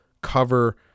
cover